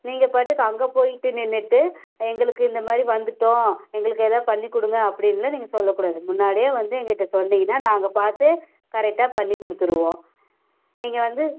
நீங்கள் பாட்டுக்கு அங்கே போய்ட்டு நின்னுட்டு எங்களுக்கு இந்தமாதிரி வந்துவிட்டோம் எங்களுக்கு எதா பண்ணிக் கொடுங்க அப்படின்லாம் நீங்கள் சொல்லக்கூடாது முன்னாடியே வந்து எங்கட்டே சொன்னீங்கன்னா நாங்கள் பார்த்து கரெக்டாக பண்ணி கொடுத்துருவோம் நீங்கள் வந்து